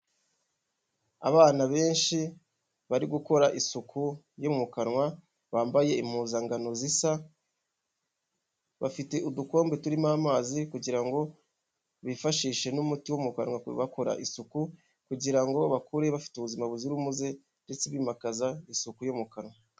Abana benshi bari gukora isuku yo mu kanwa bambaye impuzankano zisa, bafite udukombe turimo amazi kugira ngo bifashishe n'umuti wo mu kanwa bakora isuku, kugira bakure bafite ubuzima buzira umuze ndetse bimakaza isuku yo mu kanwa.